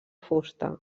fusta